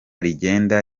rigenda